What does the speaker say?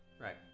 Right